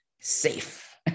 Safe